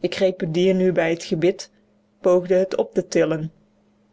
ik greep het dier nu bij het gebit poogde het op te tillen